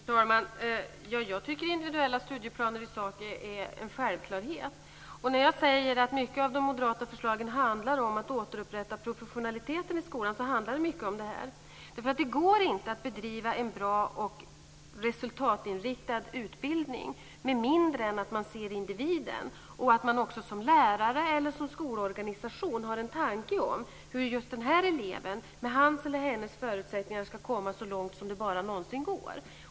Fru talman! Jag tycker att individuella studieplaner i sak är en självklarhet. När jag säger att mycket av de moderata förslagen handlar om att återupprätta professionaliteten i skolan handlar det mycket om det här. Det går inte att bedriva en bra och resultatinriktad utbildning med mindre än att man ser individen. Man måste som lärare eller som skolorganisation också ha en tanke om hur en särskild elev med hans eller hennes förutsättningar ska komma så långt som det bara någonsin går.